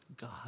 God